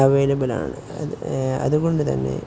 അവൈലബിളാണ് അതുകൊണ്ടുതന്നെ